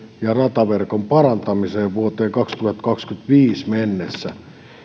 ja rataverkon parantamiseen vuoteen kaksituhattakaksikymmentäviisi mennessä